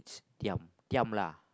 diam diam lah